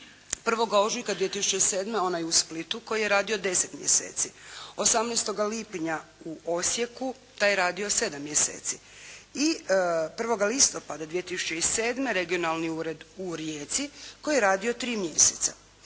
1. ožujka 2007. onaj u Splitu koji je radio 10 mjeseci. 18. lipnja u Osijeku, taj je radio 7 mjeseci i 1. listopada 2007. regionalni ured u Rijeci koji je radio 3 mjeseca.